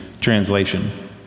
translation